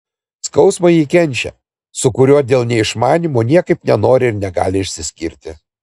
skausmą ji kenčia su kuriuo dėl neišmanymo niekaip nenori ir negali išsiskirti